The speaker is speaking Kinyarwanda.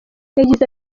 yagize